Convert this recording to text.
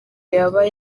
yaba